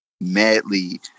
madly